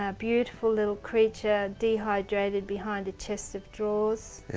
ah beautiful little creature dehydrated behind a chest of drawers